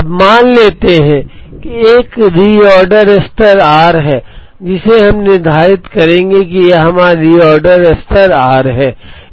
अब मान लेते हैं कि एक reorder स्तर r है जिसे हम निर्धारित करेंगे कि यह हमारा reorder स्तर r है